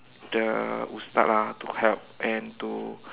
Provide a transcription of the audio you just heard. the ustaz lah to help and to